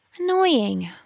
Annoying